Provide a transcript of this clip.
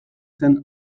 zen